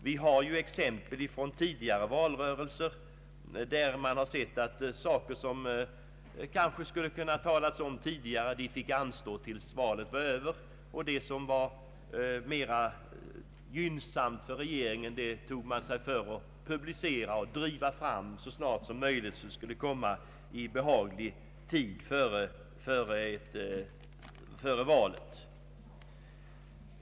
Det finns exempel från tidigare valrörelser som visar att frågor som kanske skulle ha kunnat tas upp tidigare har fått anstå till dess valet var över medan för regeringen inför ett val mera fördelaktiga frågor och förslag har publicerats och drivits igenom så snart som möjligt, i behaglig tid före valet.